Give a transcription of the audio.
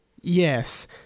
Yes